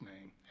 name